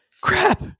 crap